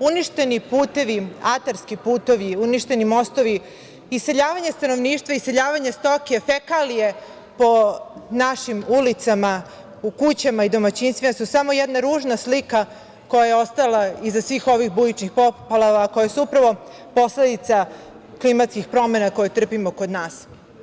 uništeni putevi, atarski putevi, uništeni mostovi, iseljavanje stanovništva, iseljavanje stoke, fekalije po našim ulicama, u kućama i domaćinstvima, su samo jedna ružna slika koja je ostala iza svih ovih bujičnih poplava, koje su upravo posledica klimatskih promena koje trpimo kod nas.